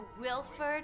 Wilford